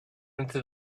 into